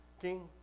King